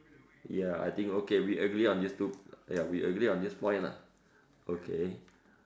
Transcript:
ya I think okay we we agree on this two ya we agree on this point lah okay